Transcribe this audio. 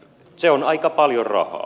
se on aika paljon rahaa